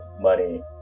money